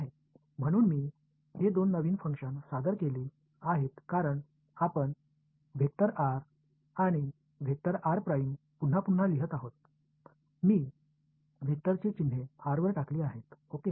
म्हणून मी हे दोन नवीन फंक्शन सादर केली आहेत कारण आपण आणि पुन्हा पुन्हा लिहित आहोत मी वेक्टरची चिन्हे r वर टाकली आहेत ओके